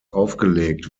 aufgelegt